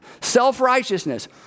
Self-righteousness